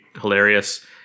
hilarious